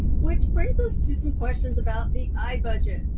which brings us to some questions about the i-budget.